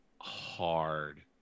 hard